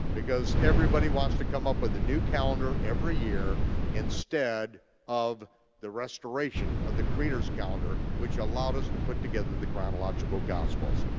because everybody wants to come up with a new calendar every year instead of the restoration of the creator's calendar which allowed us to put together the chronological gospels.